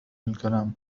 الكلام